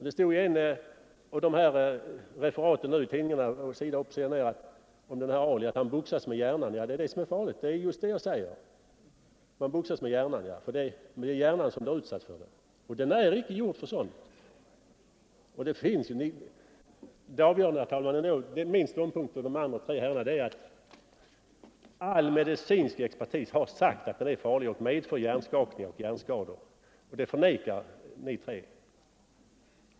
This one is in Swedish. Det står i ett av de referat som just nu fyller sida efter sida i tidningarna, att den här Muhammad Ali boxas med hjärnan. Ja, det är det som är farligt. Det är, som jag säger, hjärnan som blir utsatt för slagen. Det avgörande för min ståndpunkt i förhållande till de tre övriga debattörerna är, att all medicinsk expertis har sagt att boxningen är farlig och medför hjärnskak ningar och hjärnskador. Det förnekar ni tre.